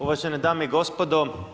Uvažene dame i gospodo.